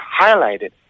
highlighted